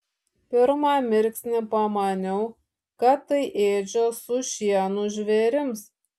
pirmą mirksnį pamaniau kad tai ėdžios su šienu žvėrims